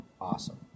Awesome